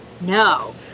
No